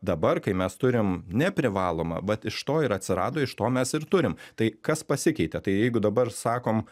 dabar kai mes turim neprivalomą vat iš to ir atsirado iš to mes ir turim tai kas pasikeitė tai jeigu dabar sakom